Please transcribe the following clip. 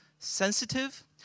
Sensitive